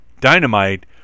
Dynamite